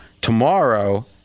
tomorrow